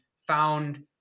found